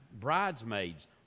bridesmaids